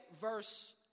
verse